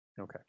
Okay